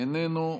איננו,